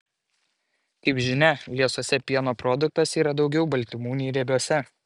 kaip žinia liesuose pieno produktuose yra daugiau baltymų nei riebiuose